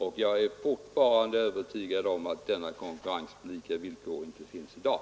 Och jag är fortfarande övertygad om att denna konkurrens på lika villkor inte finns i dag.